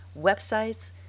websites